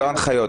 לא הנחיות.